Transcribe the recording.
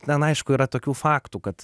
ten aišku yra tokių faktų kad